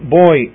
boy